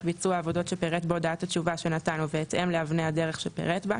ביצוע העבודות שפירט בהודעת התשובה שנתן ובהתאם לאבני הדרך שפירט בה,